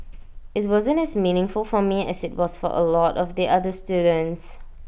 IT wasn't as meaningful for me as IT was for A lot of the other students